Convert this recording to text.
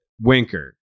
winker